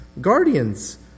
guardians